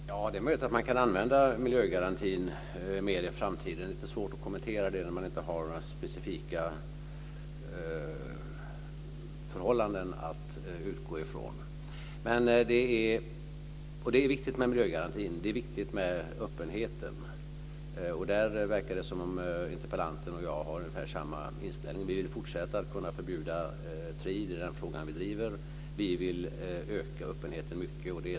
Fru talman! Det är möjligt att man kan använda miljögarantin mer i framtiden. Det är lite svårt att kommentera det när man inte har några specifika förhållanden att utgå ifrån. Miljögarantin är viktig, och öppenheten är viktig. Där verkar det som om interpellanten och jag har ungefär samma inställning. Vi vill fortsätta att kunna förbjuda tri - det är den frågan vi driver - och vi vill öka öppenheten mycket.